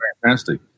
fantastic